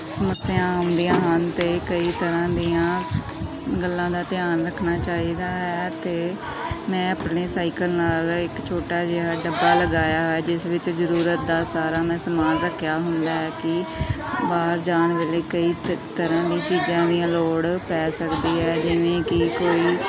ਸਮੱਸਿਆ ਆਉਂਦੀਆਂ ਹਨ ਅਤੇ ਕਈ ਤਰ੍ਹਾਂ ਦੀਆਂ ਗੱਲਾਂ ਦਾ ਧਿਆਨ ਰੱਖਣਾ ਚਾਹੀਦਾ ਹੈ ਅਤੇ ਮੈਂ ਆਪਣੇ ਸਾਈਕਲ ਨਾਲ ਇੱਕ ਛੋਟਾ ਜਿਹਾ ਡੱਬਾ ਲਗਾਇਆ ਹੈ ਜਿਸ ਵਿੱਚ ਜ਼ਰੂਰਤ ਦਾ ਸਾਰਾ ਮੈਂ ਸਮਾਨ ਰੱਖਿਆ ਹੁੰਦਾ ਕਿ ਬਾਹਰ ਜਾਣ ਵੇਲੇ ਕਈ ਤ ਤਰ੍ਹਾਂ ਦੀ ਚੀਜ਼ਾਂ ਦੀਆਂ ਲੋੜ ਪੈ ਸਕਦੀ ਹੈ ਜਿਵੇਂ ਕਿ ਕੋਈ